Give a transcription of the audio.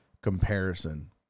comparison